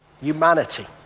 humanity